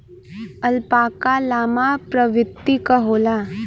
alpaca llama प्रवृत्ति क होला